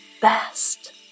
best